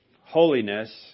holiness